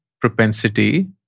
propensity